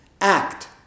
Act